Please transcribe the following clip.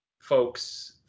folks